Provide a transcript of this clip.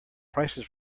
prices